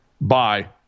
Bye